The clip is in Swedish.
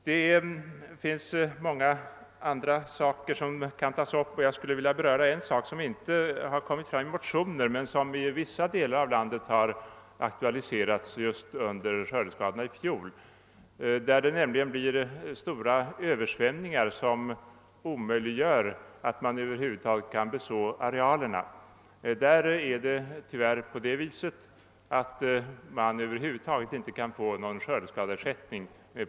Det finns också många andra förhållanden som kan tas upp. Jag skulle vilja beröra en sak som inte kommit fram i några motioner men som i vissa delar av landet aktualiserats just under skördeskadorna i fjol. Det gäller de fall då det blir stora översvämningar, som omöjliggör att man över huvud taget kan beså arealerna. I sådana fall kan man inte alls få någon skördeskadeersättning.